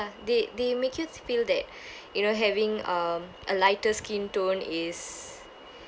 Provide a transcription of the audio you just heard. they they make you feel that you know having um a lighter skin tone is